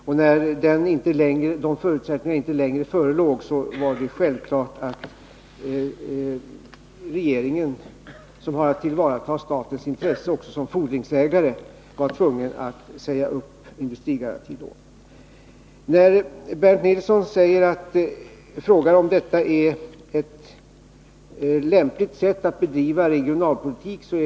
Och när de förutsättningarna inte längre förelåg var det självklart att regeringen, som har att tillvarata statens intresse också som fordringsägare, var tvungen att säga upp industrigarantilånet. Bernt Nilsson frågar om detta är ett lämpligt sätt att bedriva regionalpo litik.